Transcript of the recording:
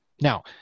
now